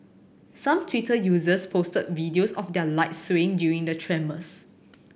some Twitter users posted videos of their lights swaying during the tremors